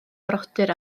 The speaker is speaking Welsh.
frodyr